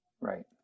Right